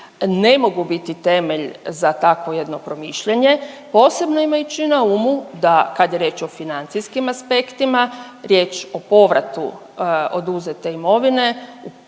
ne mogu biti temelj za takvo jedno promišljanje, posebno imajući na umu da kad je riječ o financijskim aspektima, riječ o povratu oduzete imovine u stvarnosti